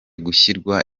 gushyirwa